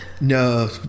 No